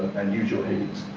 and use your headings.